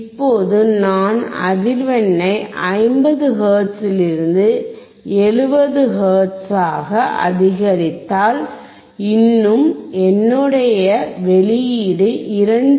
இப்போது நான் அதிர்வெண்ணை 50 ஹெர்ட்ஸிலிருந்து 70 ஹெர்ட்ஸாக அதிகரித்தால் இன்னும் என்னுடைய வெளியீடு 2